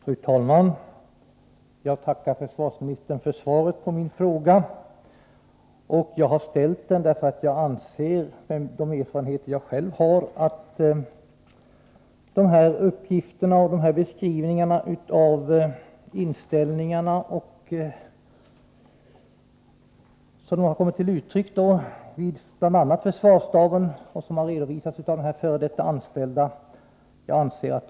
Fru talman! Jag tackar försvarsministern för svaret på min fråga. Jag ställde frågan därför att jag, med den erfarenhet som jag har, anser att de här uppgifterna och beskrivningarna av den inställning som kommit till uttryck vid försvarsstaben och som redovisats av en f.d. anställd är korrekta.